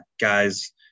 Guys